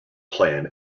plan